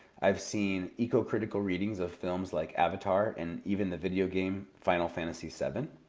i've seen ecocritical readings of films like avatar and even the videogame final fantasy seven.